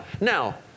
now